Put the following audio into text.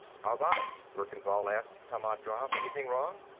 how about it? verkan vall asked tammand drav. anything wrong?